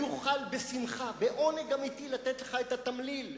אני אוכל בשמחה, בעונג אמיתי, לתת לך את התמליל,